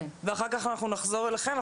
ואחר כך אנחנו נחזור אליכם,